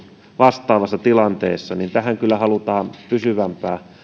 vastaavassa tilanteessa joten tähän kyllä halutaan pysyvämpää